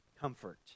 comfort